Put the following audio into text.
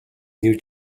new